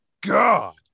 god